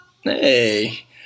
Hey